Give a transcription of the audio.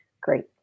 Great